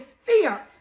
fear